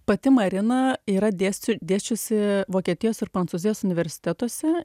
pati marina yra dėsčiu dėsčiusi vokietijos ir prancūzijos universitetuose